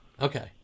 Okay